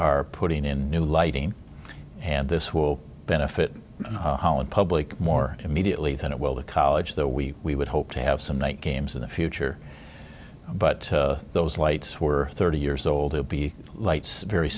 are putting in new lighting and this will benefit the public more immediately than it will the college that we we would hope to have some night games in the future but those lights were thirty years old would be lights very